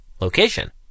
location